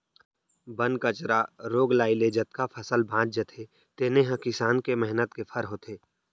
बन कचरा, रोग राई ले जतका फसल बाँच जाथे तेने ह किसान के मेहनत के फर होथे